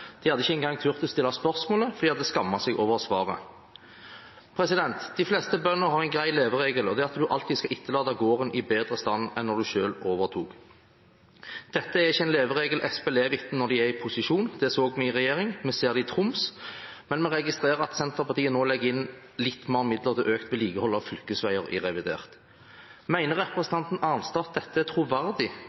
De hadde ikke engang turt å stille spørsmålet, for de hadde skammet seg over svaret. De fleste bønder har en grei leveregel, og det er at en alltid skal etterlate gården i bedre stand enn da en selv overtok. Dette er ikke en leveregel Senterpartiet lever etter når de er i posisjon. De så vi i regjering. Vi ser det i Troms, men vi registrerer at Senterpartiet nå legger inn litt mer midler til økt vedlikehold av fylkesveier i revidert. Mener representanten Arnstad at dette er troverdig